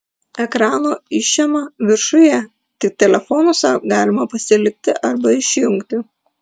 ekrano išėma viršuje tik telefonuose galima pasilikti arba išjungti